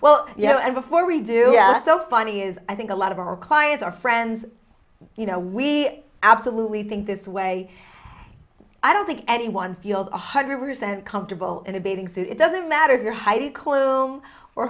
know and before we do so funny is i think a lot of our clients are friends you know we absolutely think this way i don't think anyone feels one hundred percent comfortable in a bathing suit it doesn't matter